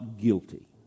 guilty